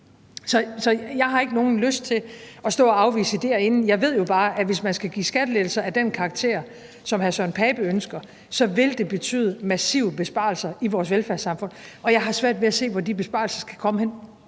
Så jeg har ikke nogen lyst til at stå og afvise idéer inden. Jeg ved jo bare, at hvis man skal give skattelettelser af den karakter, som hr. Søren Pape Poulsen ønsker, vil det betyde massive besparelser i vores velfærdssamfund, og jeg har svært ved at se, hvor de besparelser skal være henne,